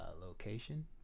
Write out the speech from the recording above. location